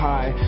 High